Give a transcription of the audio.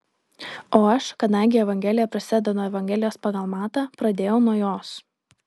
o aš kadangi evangelija prasideda nuo evangelijos pagal matą pradėjau nuo jos